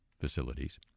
facilities